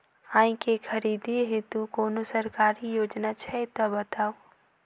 आइ केँ खरीदै हेतु कोनो सरकारी योजना छै तऽ बताउ?